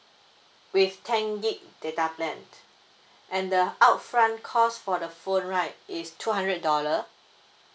with ten gig data plan and the out front cost for the phone right is two hundred dollar